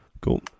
Cool